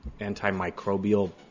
antimicrobial